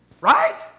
Right